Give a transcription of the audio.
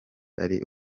ari